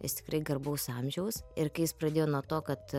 jis tikrai garbaus amžiaus ir kai jis pradėjo nuo to kad